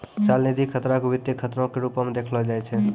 चलनिधि खतरा के वित्तीय खतरो के रुपो मे देखलो जाय छै